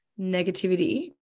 negativity